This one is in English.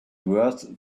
worse